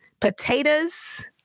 potatoes